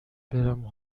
برم